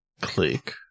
click